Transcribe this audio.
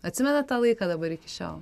atsimenat tą laiką dabar iki šiol